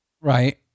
Right